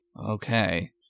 Okay